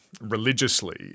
religiously